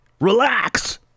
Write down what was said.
Relax